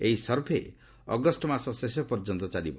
ଏହି ସର୍ଭେ ଅଗଷ୍ଟ ମାସ ଶେଷ ପର୍ଯ୍ୟନ୍ତ ଚାଲିବ